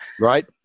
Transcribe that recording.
Right